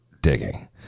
digging